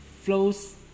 flows